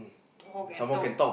talk and talk